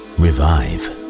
revive